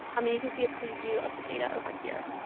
i mean you can see a preview of the data over here.